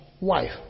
wife